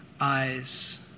eyes